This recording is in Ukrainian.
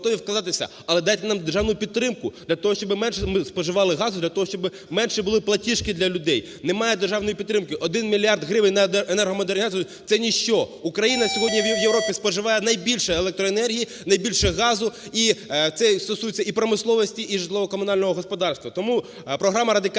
ми готові вкладатися, але дайте нам державну підтримку для того, щоб менше ми споживали газу, для того, щоб менші були платіжки для людей. Немає державної підтримки. 1 мільярд гривень на енергомодернізацію – це ніщо. Україна сьогодні в Європі споживає найбільше електроенергії, найбільше газу, і це стосується і промисловості, і житлово-комунального господарства. Тому програма Радикальної